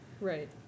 Right